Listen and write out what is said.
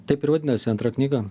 taip ir vadinosi antra knyga